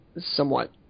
somewhat